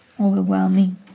overwhelming